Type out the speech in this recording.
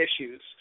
issues